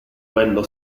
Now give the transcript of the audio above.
quello